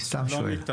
אי אפשר.